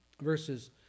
verses